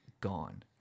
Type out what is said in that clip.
gone